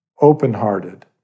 open-hearted